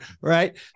right